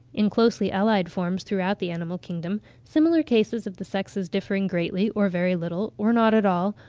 in closely-allied forms throughout the animal kingdom, similar cases of the sexes differing greatly, or very little, or not at all,